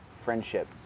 friendship